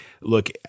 look